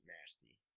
nasty